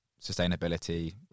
sustainability